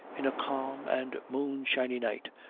in a calm and moonshiny night,